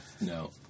No